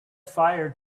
fire